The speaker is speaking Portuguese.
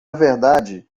verdade